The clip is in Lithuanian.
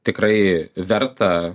tikrai verta